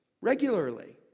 regularly